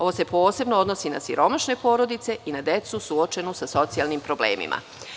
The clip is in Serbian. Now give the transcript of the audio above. Ovo se posebno odnosi na siromašne porodice i na decu suočenu sa socijalnim problemima.